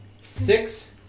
six